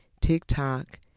TikTok